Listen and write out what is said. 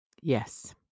Yes